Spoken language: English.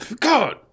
God